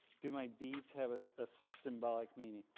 do my beads have a symbolic meaning?